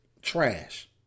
trash